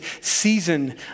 season